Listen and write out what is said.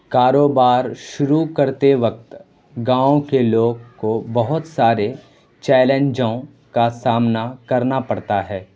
کاروبار شروع کرتے وقت گاؤں کے لوگ کو بہت سارے چیلنجوں کا سامنا کرنا پڑتا ہے